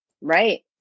Right